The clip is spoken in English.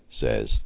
says